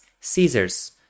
Caesar's